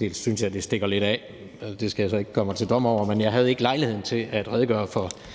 jeg synes, det stikker lidt af – og det skal jeg så ikke gøre mig til dommer over – men jeg havde ikke lejlighed til at redegøre for